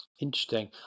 Interesting